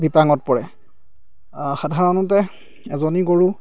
বিপাঙত পৰে সাধাৰণতে এজনী গৰু